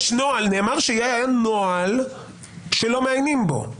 נאמר שיש נוהל שלא מעיינים בו.